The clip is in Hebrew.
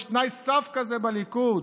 יש תנאי סף כזה בליכוד,